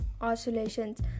oscillations